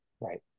Right